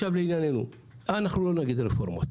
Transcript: לנושא הרפורמה: איננו נגד רפורמה,